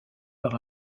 par